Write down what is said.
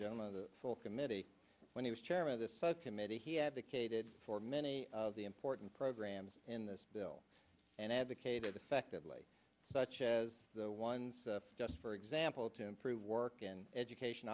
gentlemen of the full committee when he was chairman of the subcommittee he advocated for many of the important programs in this bill and advocated effectively such as the ones just for example to improve work and education